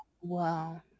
wow